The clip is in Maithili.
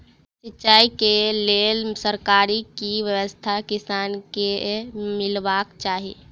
सिंचाई केँ लेल सरकारी की व्यवस्था किसान केँ मीलबाक चाहि?